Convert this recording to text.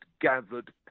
gathered